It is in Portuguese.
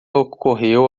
ocorreu